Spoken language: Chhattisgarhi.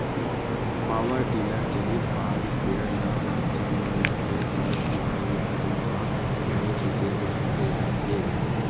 पॉवर टिलर चलित बाग इस्पेयर ल बगीचा म लगे फर वाला रूख राई म दवई छिते बर करे जाथे